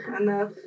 enough